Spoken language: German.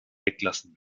weglassen